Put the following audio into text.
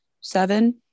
Seven